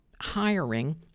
hiring